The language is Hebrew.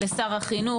לשר החינוך,